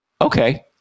okay